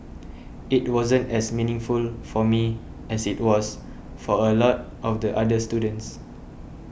it wasn't as meaningful for me as it was for a lot of the other students